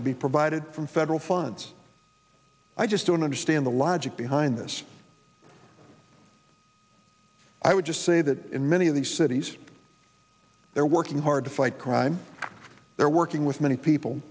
could be provided from federal funds i just don't understand the logic behind this i would just say that in many of these cities they're working hard to fight crime they're working with many people